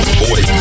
boy